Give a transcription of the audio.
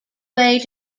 way